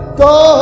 go